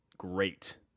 Great